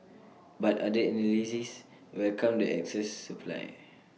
but other analysts welcomed the excess supply